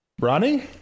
Ronnie